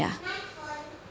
ya